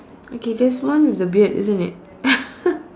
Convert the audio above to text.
okay there's one with the beard isn't it